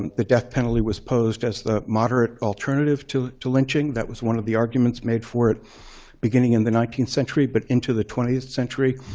the death penalty was posed as the moderate alternative to to lynching. that was one of the arguments made for it beginning in the nineteenth century, but into the twentieth century.